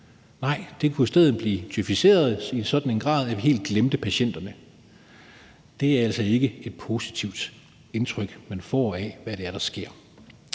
Nej, det kunne i stedet blive djøfiseret i sådan en grad, at vi helt glemte patienterne. Det er altså ikke et positivt indtryk, man får af, hvad det er, der sker.